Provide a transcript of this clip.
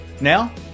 now